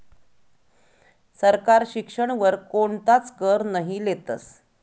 सरकार शिक्षण वर कोणताच कर नही लेतस